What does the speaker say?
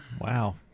Wow